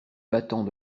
battants